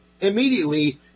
immediately